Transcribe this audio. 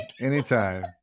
anytime